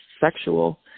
sexual